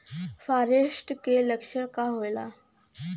फारेस्ट के लक्षण का होला?